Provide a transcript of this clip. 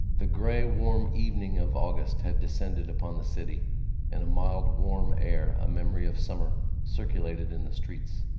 the grey warm evening of august had descended upon the city and a mild warm air, a memory of summer, circulated in the streets.